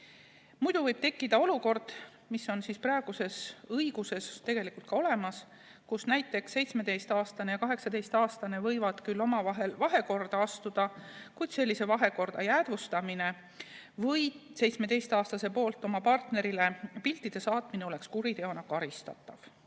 Muidu võib tekkida olukord, mis on praeguses õiguses tegelikult olemas, kus näiteks 17‑aastane ja 18‑aastane võivad küll omavahel vahekorda astuda, kuid sellise vahekorra jäädvustamine või 17‑aastase poolt oma partnerile piltide saatmine oleks kuriteona karistatav.